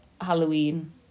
Halloween